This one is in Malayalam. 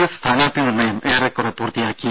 എഫ് സ്ഥാനാർത്ഥി നിർണയം ഏറെക്കുറെ പൂർത്തിയാക്കി